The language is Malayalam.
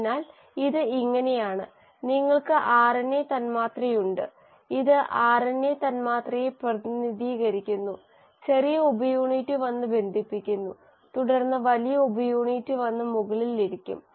അതിനാൽ ഇത് ഇങ്ങനെയാണ് നിങ്ങൾക്ക് ആർഎൻഎ തന്മാത്രയുണ്ട് ഇത് ആർഎൻഎ തന്മാത്രയെ പ്രതിനിധീകരിക്കുന്നു ചെറിയ ഉപയൂണിറ്റ് വന്ന് ബന്ധിപ്പിക്കുന്നു തുടർന്ന് വലിയ ഉപയൂണിറ്റ് വന്ന് മുകളിൽ ഇരിക്കും